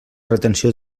retenció